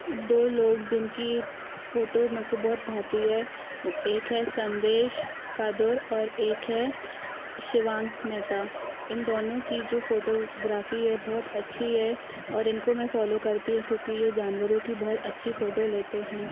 दो लोग जिनकी फ़ोटो मे को बहुत भाती है एक है सन्देश कादोर और एक है शिवांक मेहता इन दोनों की जो फ़ोटोग्राफ़ी है बहुत अच्छी है और इनको मैं फ़ॅालो करती क्योंकि ये जानवरों की बहुत अच्छी फ़ोटो लेते हैं